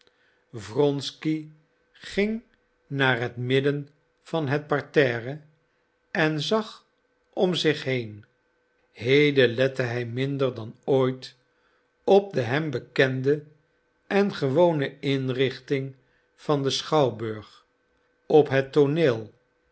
wronsky ging naar het midden van het parterre en zag om zich heen heden lette hij minder dan ooit op de hem bekende en gewone inrichting van den schouwburg op het tooneel